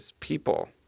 people